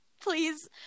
please